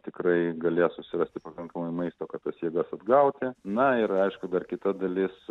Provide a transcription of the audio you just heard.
tikrai galės susirasti pakankamai maisto kad tas jėgas atgauti na ir aišku dar kita dalis